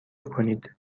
کنید